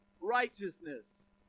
righteousness